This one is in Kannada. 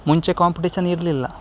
ಮುಂಚೆ ಕಾಂಪಿಟೀಷನ್ ಇರಲಿಲ್ಲ